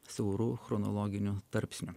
siauru chronologiniu tarpsniu